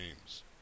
Games